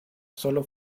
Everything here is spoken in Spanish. sólo